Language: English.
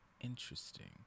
interesting